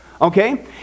okay